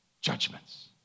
judgments